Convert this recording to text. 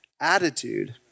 attitude